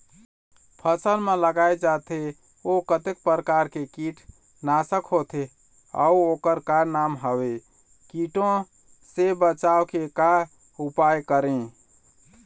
फसल म लगाए जाथे ओ कतेक प्रकार के कीट नासक होथे अउ ओकर का नाम हवे? कीटों से बचाव के का उपाय करें?